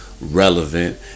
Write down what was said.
Relevant